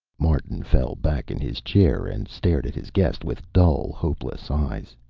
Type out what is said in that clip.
martin fell back in his chair and stared at his guest with dull, hopeless eyes.